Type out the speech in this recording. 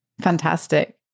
Fantastic